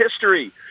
history